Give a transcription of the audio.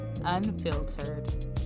Unfiltered